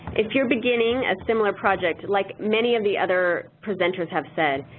if you're beginning a similar project like many of the other presenters have said,